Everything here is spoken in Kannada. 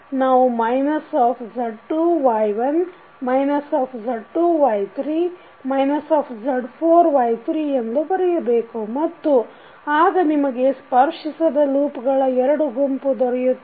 ನಾವು minus of Z2 Y1 minus of Z2 Y3 minus of Z4 Y3 ಎಂದು ಬರೆಯಬೇಕು ಮತ್ತು ಆಗ ನಿಮಗೆ ಸ್ಪರ್ಶಿಸದ ಲೂಪ್ಗಳ ಎರಡು ಗುಂಪು ದೊರೆಯುತ್ತೆ